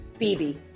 BB